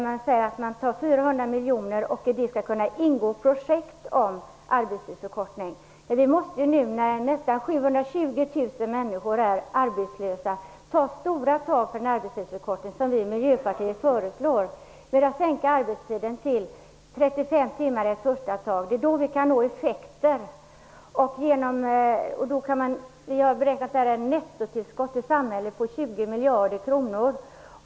Man talar om 400 miljoner och om att det skall kunna ingå projekt som handlar om en arbetstidsförkortning. Men när nästan 720 000 människor är arbetslösa måste stora tag tas för en arbetstidsförkortning, vilket vi i Miljöpartiet föreslår, och sänka arbetstiden till 35 timmar i en första omgång. Då kan vi nå effekter. Vi har beräknat att det blir ett nettotillskott till samhället på 20 miljarder kronor.